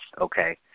Okay